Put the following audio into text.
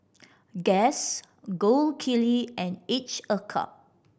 Guess Gold Kili and Each a Cup